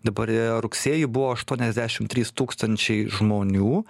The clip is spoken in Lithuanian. dabar rugsėjį buvo aštuoniasdešimt trys tūkstančiai žmonių